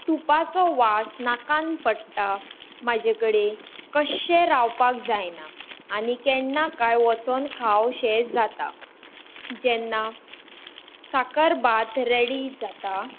तुपाचो वास नाकान पडटा तेन्ना म्हाजे कडेन कशें रावपाक जायना आनी केन्ना कांय वचोन खावं शें जाता जेन्ना साकरभात रेडी जाता